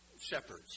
shepherds